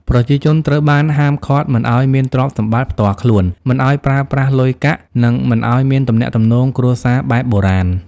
ប្រជាជនត្រូវបានហាមឃាត់មិនឲ្យមានទ្រព្យសម្បត្តិផ្ទាល់ខ្លួន មិនឲ្យប្រើប្រាស់លុយកាក់ និងមិនឲ្យមានទំនាក់ទំនងគ្រួសារបែបបុរាណ។